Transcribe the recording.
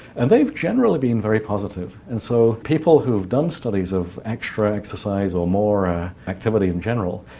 and they've generally been very positive and so people who have done studies of extra exercise, or more activity in general,